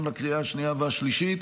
גם לקריאה השנייה והשלישית.